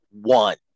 one